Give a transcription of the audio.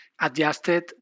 adjusted